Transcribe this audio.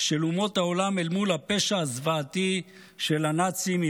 של אומות העולם אל מול הפשע הזוועתי של הנאצים,